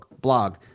blog